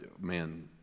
man